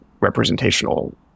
representational